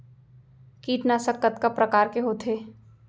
कीटनाशक कतका प्रकार के होथे?